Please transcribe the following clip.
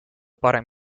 parem